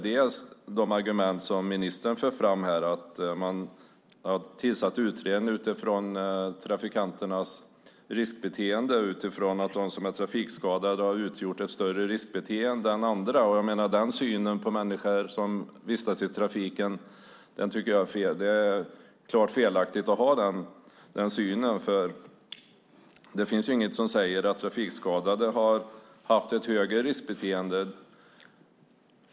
Ministern för fram argumentet att en utredning tillsatts utifrån trafikanternas riskbeteende och utifrån att de som är trafikskadade har haft ett större riskbeteende än andra. Jag tycker att det är klart felaktigt att ha den synen på människor som vistas i trafiken. Det finns nämligen ingenting som säger att trafikskadade har haft ett större riskbeteende.